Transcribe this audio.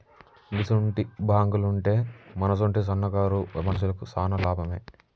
గిసుంటి బాంకులుంటే మనసుంటి సన్నకారు మనుషులకు శాన లాభమే